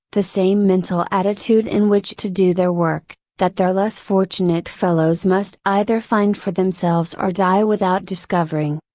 the same mental attitude in which to do their work, that their less fortunate fellows must either find for themselves or die without discovering.